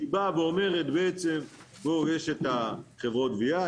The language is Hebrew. שאומרת בעצם שיש את חברות הגבייה,